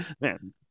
Man